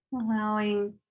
Allowing